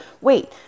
wait